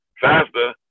faster